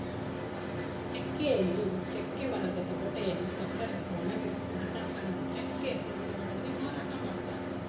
ಚೆಕ್ಕೆಯನ್ನು ಚೆಕ್ಕೆ ಮರದ ತೊಗಟೆಯನ್ನು ಕತ್ತರಿಸಿ ಒಣಗಿಸಿ ಸಣ್ಣ ಸಣ್ಣ ಚೆಕ್ಕೆ ತುಂಡುಗಳಲ್ಲಿ ಮಾರಾಟ ಮಾಡ್ತರೆ